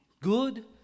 Good